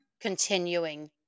continuing